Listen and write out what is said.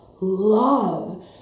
love